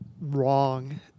wrong